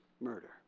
murder